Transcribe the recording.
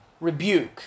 rebuke